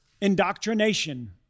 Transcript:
indoctrination